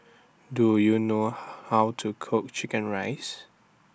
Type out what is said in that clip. Do YOU know How to Cook Chicken Rice